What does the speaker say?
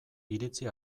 iritzi